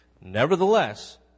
Nevertheless